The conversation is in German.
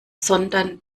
sondern